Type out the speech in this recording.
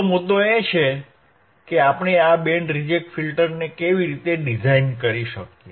તો મુદ્દો એ છે કે આપણે આ બેન્ડ રિજેક્ટ ફિલ્ટરને કેવી રીતે ડિઝાઇન કરી શકીએ